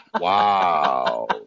Wow